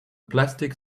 plastic